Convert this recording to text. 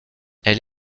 elle